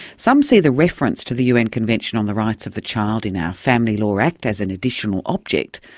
some see the reference to the un convention on the rights of the child in our family law act as an additional object,